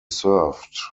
served